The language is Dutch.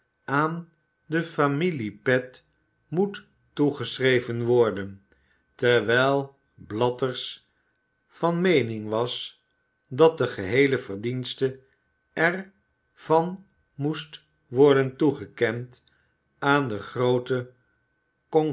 aan de familie pet moest toegeschreven worden terwijl blathers van meening was dat de geheele verdienste er van moest worden toegekend aan den grooten